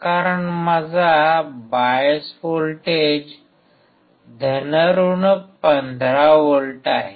कारण माझा bias voltage 15V आहे